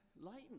lighten